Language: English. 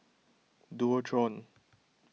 Dualtron